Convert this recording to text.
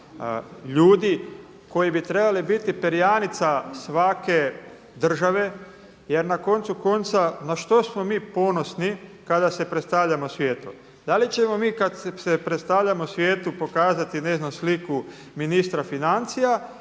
ljudi koji bi trebali biti perjanica svake države jer na koncu konca na što smo mi ponosni kada se predstavljamo svijetu? Da li ćemo mi kad se predstavljamo svijetu pokazati ne znam sliku ministra financija